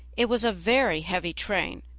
it was a very heavy train,